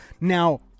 now